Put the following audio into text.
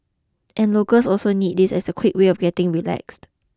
and locals also need this as a quick way of getting relaxed